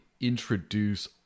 introduce